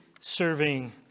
serving